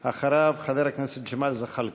אחריו, חבר הכנסת ג'מאל זחאלקה.